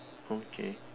okay